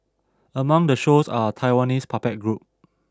among the shows are a Taiwanese puppet group